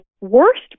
worst